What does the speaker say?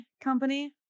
company